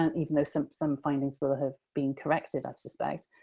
and even though some some findings will have been corrected, i suspect.